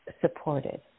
supported